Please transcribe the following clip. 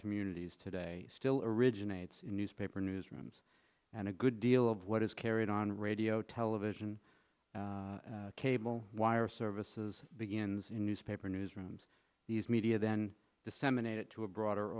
communities today still originates in newspaper newsrooms and a good deal of what is carried on radio television cable wire services begins in newspaper newsrooms these media then disseminate it to a broader